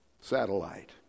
satellite